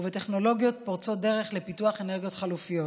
ובטכנולוגיות פורצות דרך לפיתוח אנרגיות חלופיות.